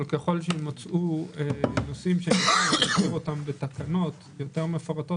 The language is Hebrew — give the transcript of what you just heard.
אבל ככל שיימצאו נושאים שצריך להסדיר אותם בתקנות מפורטות